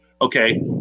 Okay